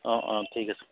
অঁ অঁ ঠিক আছে